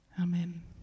Amen